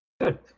Good